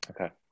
Okay